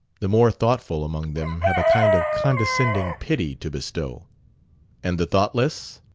the more thoughtful among them have a kind of condescending pity to bestow and the thoughtless?